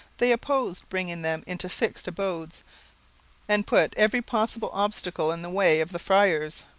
they opposed bringing them into fixed abodes and put every possible obstacle in the way of the friars.